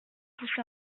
poussé